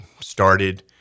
started